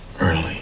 early